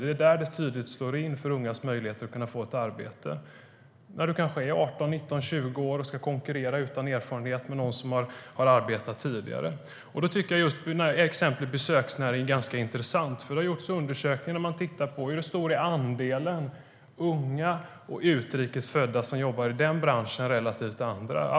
Det är där det tydligt slår mot ungas möjligheter att få ett arbete när de är 18, 19, 20 år och ska konkurrera utan erfarenhet med någon som har arbetat tidigare. Jag tycker att exemplet besöksnäringen är ganska intressant. Det har gjorts undersökningar där man har tittat på andelen unga och utrikes födda som jobbar i den branschen i relation till andra.